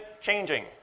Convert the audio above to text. changing